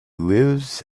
lives